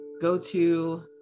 go-to